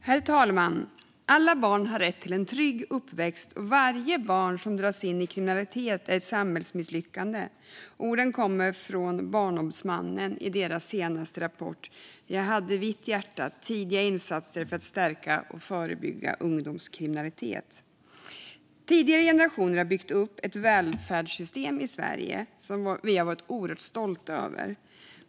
Herr talman! "Alla barn har rätt till en trygg uppväxt och varje barn som dras in i kriminalitet är ett samhällsmisslyckande." Orden kommer från Barnombudsmannens senaste rapport Jag hade vitt hjärta - Tidiga samhällsinsatser för att stärka barn och förebygga kriminalitet . Tidigare generationer har byggt upp ett välfärdssystem i Sverige som vi har varit oerhört stolta över.